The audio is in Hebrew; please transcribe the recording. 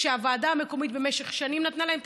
שהוועדה המקומית במשך שנים נתנה להם את